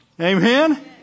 Amen